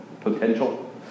potential